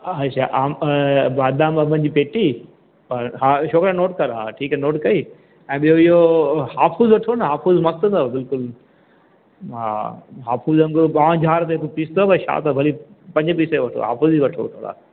हा शा आम बादाम अम्बनि जी पेती ह हा छोकिरा नोट कर हा ठीकु आहे नोट कई ऐं ॿियो इहो हापुस अथव न हापुस मस्तु अथव बिल्कुलु हा हापुस अंब पौ झाड़ ते हिकु पीस अथव छा त भली पंज पीस वठो हापुस ई वठो थोरा